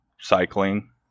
cycling